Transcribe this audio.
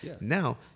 Now